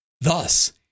Thus